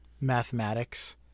mathematics